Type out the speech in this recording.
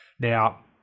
Now